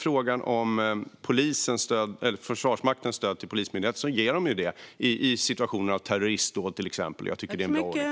Försvarsmakten bistår ju polisen i samband med exempelvis terroristdåd, vilket är en bra ordning.